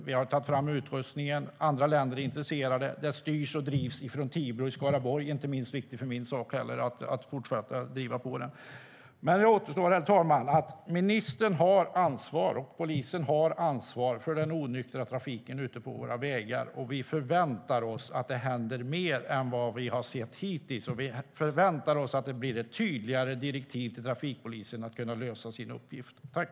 Vi har tagit fram utrustningen. Andra länder är intresserade. Det styrs och drivs från Tibro i Skaraborg. Det är inte minst viktigt för min del för att fortsätta att driva på det.